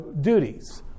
duties